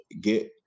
get